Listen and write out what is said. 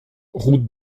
route